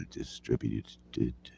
distributed